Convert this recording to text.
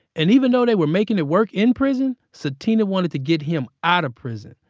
and even though they were making it work in prison sutina wanted to get him out of prison.